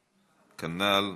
כנ"ל.